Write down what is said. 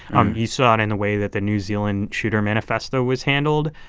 um you saw it in a way that the new zealand shooter manifesto was handled,